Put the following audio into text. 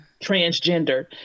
transgender